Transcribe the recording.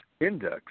index